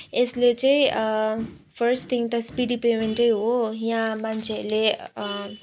यसले चाहिँ first thing त स्पिडी पेमेन्टै हो यहाँ मान्छेहरूले